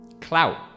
Clout